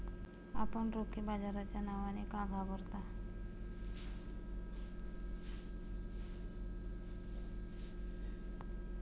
आपण रोखे बाजाराच्या नावाने का घाबरता?